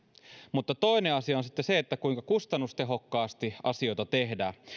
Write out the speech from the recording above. mutta toinen asia on sitten se kuinka kustannustehokkaasti asioita tehdään